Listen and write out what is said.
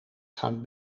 gaan